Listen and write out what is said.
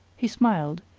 he smiled,